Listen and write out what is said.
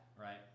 Right